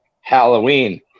Halloween